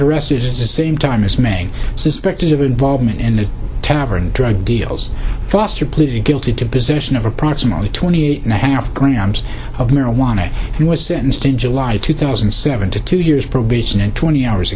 arrested is the same time as many suspected of involvement in the tavern drug deals foster pleaded guilty to position of approximately twenty eight and a half grams of marijuana and was sentenced in july two thousand and seven to two years provision and twenty hours